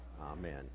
Amen